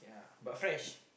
ya but fresh